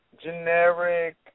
generic